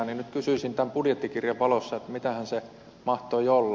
nyt kysyisin tämän budjettikirjan valossa mitähän se mahtoi olla